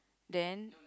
then